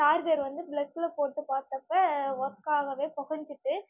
charger வந்து ப்ளக்கில் போட்டு பார்த்தப்ப ஒர்க்காகவே புகைஞ்சிட்டு